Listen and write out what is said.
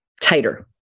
tighter